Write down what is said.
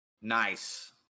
Nice